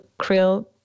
krill